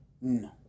No